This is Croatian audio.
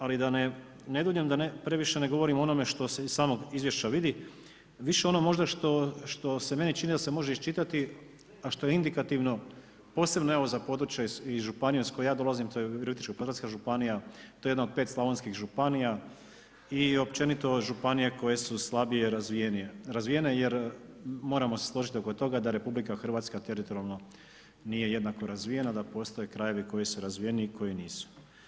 Ali da ne duljim, da previše ne govorim o onome što se iz samog izvješća vidi, više ono možda što se meni čini da se može iščitati a što je indikativno posebno evo za područje iz županije iz koje ja dolazim, to je Virovitičko-podravska županija, to je jedna od 5 slavonskih županija i općenito županije koje su slabije razvijene, razvijene jer moramo se složiti oko toga da RH teritorijalno nije jednako razvijena, da postoje krajevi koji su razvijeniji i koji nisu.